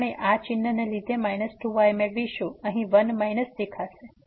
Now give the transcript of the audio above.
તેથી આપણે આ ચિન્હને લીધે 2y મેળવીશું અહીં 1 માઈનસ દેખાશે